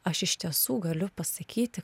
aš iš tiesų galiu pasakyti